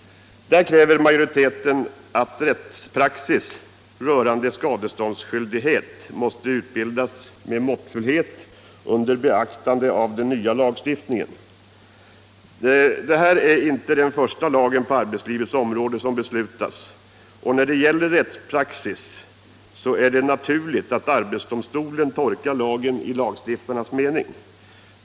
Där kräver majoriteten att rättspraxis rörande skadeståndsskyldighet skall utbildas med måttfullhet under beaktande av den nya lagstiftningen. Det här är inte den första lagen på arbetslivets område som beslutas, och när det gäller rättspraxis är det naturligt att arbetsdomstolen tolkar lagen i lagstiftarnas mening.